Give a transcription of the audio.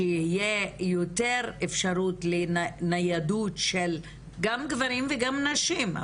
שיהיו יותר אפשרויות של ניידות של גברים וגם נשים,